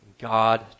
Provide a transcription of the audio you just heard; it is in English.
God